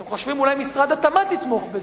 אתם חושבים שאולי משרד התמ"ת יתמוך בזה,